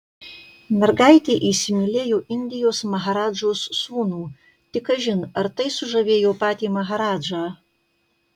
mergaitė įsimylėjo indijos maharadžos sūnų tik kažin ar tai sužavėjo patį maharadžą